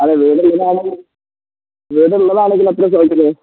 അതെ വീട് ഉള്ളതാണെങ്കിൽ വീട് ഉള്ളതാണെങ്കിലും എത്ര ചോദിക്കുന്നത്